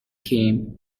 came